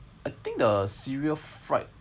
I think the cereal fried